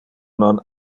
non